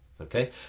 okay